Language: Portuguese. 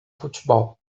futebol